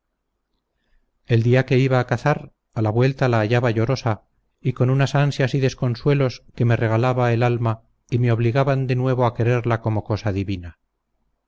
el día que iba a cazar a la vuelta la hallaba llorosa y con unas ansias y desconsuelos que me regalaba el alma y me obligaban de nuevo a quererla como cosa divina